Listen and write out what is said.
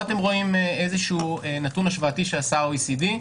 פה אתם רואים נתון השוואתי שעשה ה-OECD,